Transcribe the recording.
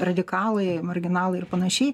radikalai marginalai ir panašiai